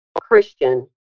Christian